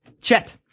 Chet